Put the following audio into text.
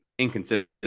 inconsistent